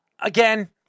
Again